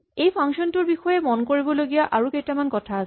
এই ফাংচন টোৰ বিষয়ে মন কৰিব লগীয়া আৰু কেইটামান কথা আছে